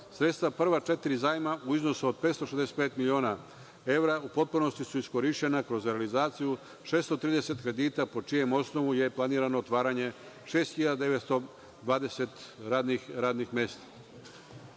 evra. Sredstva prva četiri zajma u iznosu od 565 miliona evra u potpunosti su iskorišćena kroz realizaciju 630 kredita po čijem osnovu je planirano otvaranje 6920 radnih